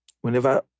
whenever